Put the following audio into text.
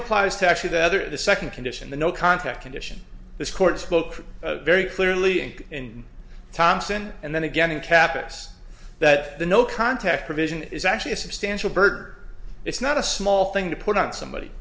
applies to actually the other the second condition the no contact condition this court spoke very clearly inc in thompson and then again in capek's that the no contact provision is actually a substantial burden it's not a small thing to put on somebody